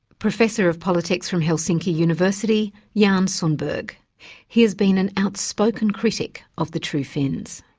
professor of politics from helsinki university, jan sundberg. he has been an outspoken critic of the true finns.